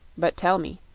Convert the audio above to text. but tell me,